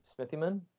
Smithyman